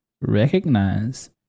Recognize